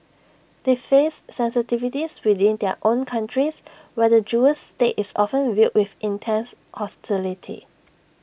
they face sensitivities within their own countries where the Jewish state is often viewed with intense hostility